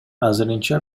азырынча